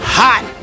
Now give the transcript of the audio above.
hot